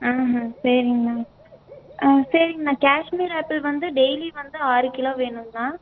ஆ சரிங்ண்ணா சரிங்ண்ணா காஷ்மீர் ஆப்பிள் வந்து டெய்லி வந்து ஆறு கிலோ வேணுங்ண்ணா